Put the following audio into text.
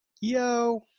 Yo